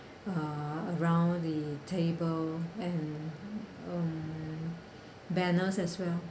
uh around the table and um banners as well